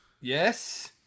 yes